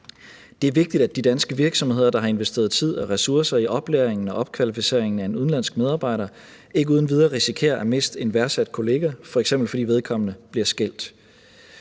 Det er vigtigt, at de danske virksomheder, der har investeret tid og ressourcer i oplæring og opkvalificering af en udenlandsk medarbejder, ikke uden videre risikerer at miste en værdsat kollega, f.eks. fordi vedkommende bliver skilt.